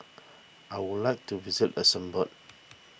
I would like to visit Luxembourg